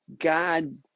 God